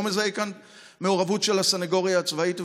לא מזהה כאן מעורבות של הסנגוריה הצבאית.